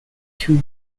tube